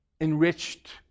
enriched